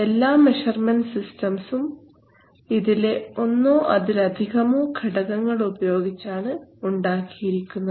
എല്ലാ മെഷർമെൻറ് സിസ്റ്റംസും ഇതിലെ ഒന്നോ അതിലധികമോ ഘടകങ്ങൾ ഉപയോഗിച്ചാണ് ഉണ്ടാക്കിയിരിക്കുന്നത്